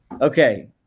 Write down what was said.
Okay